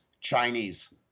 Chinese